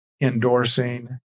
endorsing